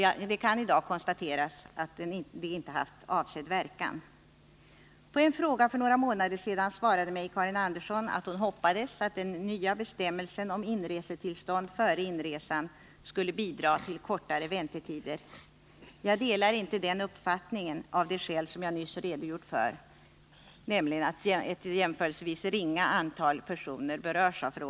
Det kan i dag konstateras att de inte haft avsedd verkan. På en fråga för några månader sedan svarade mig Karin Andersson att hon hoppades att den nya bestämmelsen om inresetillstånd före inresan skulle bidra till kortare väntetider. Jag delar inte denna uppfattning, av de skäl som jag nyss redogjort för.